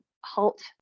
halt